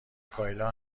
کایلا